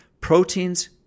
Proteins